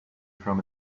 from